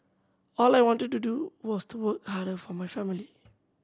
all I wanted to do was to work harder for my family